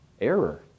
error